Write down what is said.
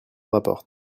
rapporte